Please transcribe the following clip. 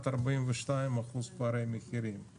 פערי מחירים של 42%-41%.